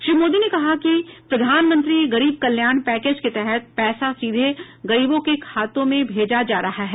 श्री मोदी ने कहा कि प्रधानमंत्री गरीब कल्याण पैकेज के तहत पैसा सीधे गरीबों के खातों में भेजा जा रहा है